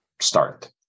start